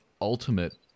ultimate